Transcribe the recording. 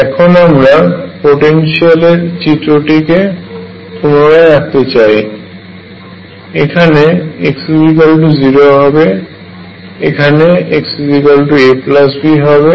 এখন আমরা পোটেনশিয়ালের চিত্রটি কে পুনরায় আঁকতে চাই এখানে x0 হবে এখানে xab হবে